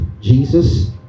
Jesus